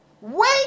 Wait